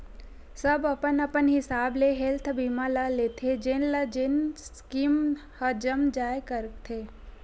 सब अपन अपन हिसाब ले हेल्थ बीमा ल लेथे जेन ल जेन स्कीम ह जम जाय करथे